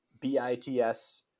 B-I-T-S